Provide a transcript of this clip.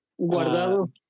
Guardado